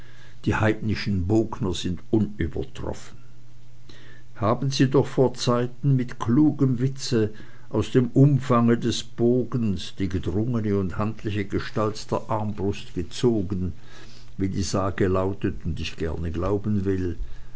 die heidnischen bogner sind unübertroffen haben sie doch vorzeiten mit klugem witze aus dem umfange des bogens die gedrungene und handliche gestalt der armbrust gezogen wie die sage lautet und ich gerne glauben will